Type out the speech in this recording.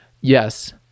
yes